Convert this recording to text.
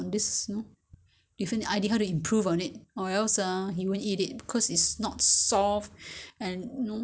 他们只是放那个酱清而已好像好像不够调味好像不够 eh 不懂 ah 我都不懂要放什么调味